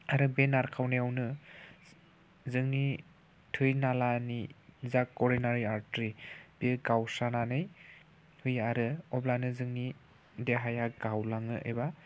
आरो बे नारखावनायावनो जोंनि थै नालानि जा कर'नारि आर्ट्रेरि बेयो गावस्रानानै फैयो आरो अब्लानो जोंनि देहाया गावलाङो एबा